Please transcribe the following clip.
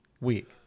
week